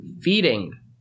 feeding